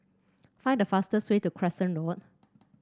find the fastest way to Crescent Road